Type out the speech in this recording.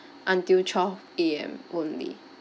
until twelve A_M only